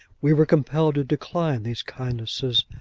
we were compelled to decline these kindnesses,